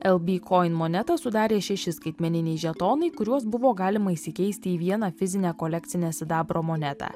el bi kojin monetą sudarė šeši skaitmeniniai žetonai kuriuos buvo galima išsikeisti į vieną fizinę kolekcinę sidabro monetą